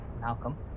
Malcolm